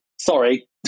Sorry